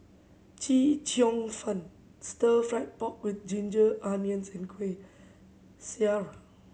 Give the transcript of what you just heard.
Chee Cheong fen Stir Fried Pork With Ginger Onions and Kuih Syara